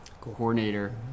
coordinator